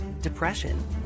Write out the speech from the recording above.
depression